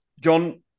John